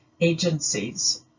agencies